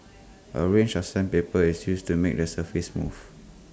A range of sandpaper is used to make the surface smooth